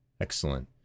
Excellent